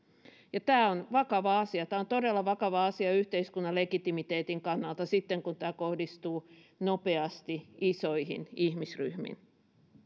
tämä on vakava asia tämä on todella vakava asia yhteiskunnan legitimiteetin kannalta sitten kun tämä kohdistuu nopeasti isoihin ihmisryhmiin